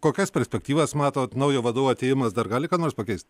kokias perspektyvas matot naujo vadovo atėjimas dar gali ką nors pakeist